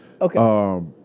Okay